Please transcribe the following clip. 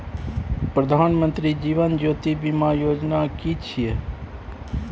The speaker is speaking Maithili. प्रधानमंत्री जीवन ज्योति बीमा योजना कि छिए?